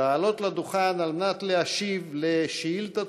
לעלות לדוכן על מנת להשיב על שאילתה